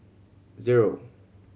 zero